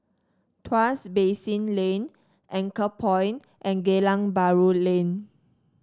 Tuas Basin Lane Anchorpoint and Geylang Bahru Lane